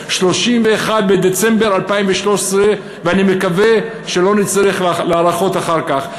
31 בדצמבר 2013. אני מקווה שלא נצטרך להארכות אחר כך.